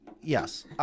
Yes